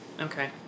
Okay